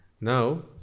Now